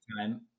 time